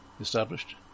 established